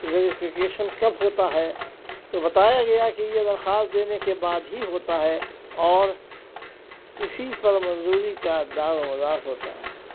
verification کب ہوتا ہے تو بتایا گیا کہ یہ درخواست دینے کے بعد ہی ہوتا ہے اور اسی پر منظوری کا دار مدار ہوتا ہے